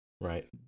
right